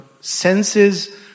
senses